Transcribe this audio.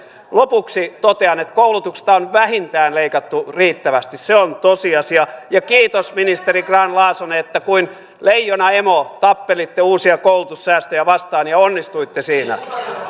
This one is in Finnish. lopuksi totean että koulutuksesta on leikattu vähintään riittävästi se on tosiasia ja kiitos ministeri grahn laasonen että kuin leijonaemo tappelitte uusia koulutussäästöjä vastaan ja onnistuitte siinä